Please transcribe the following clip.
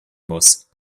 muss